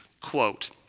quote